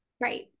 Right